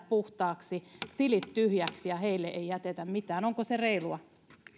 puhtaaksi tilit tyhjiksi eikä heille jätetä mitään onko se reilua